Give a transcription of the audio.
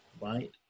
Right